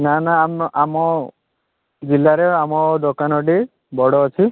ନା ନା ଆମ ଆମ ଜିଲ୍ଲାରେ ଆମ ଦୋକାନଟି ବଡ଼ ଅଛି